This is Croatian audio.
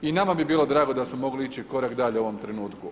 I nama bi bilo drago da smo mogli ići korak dalje u ovom trenutku.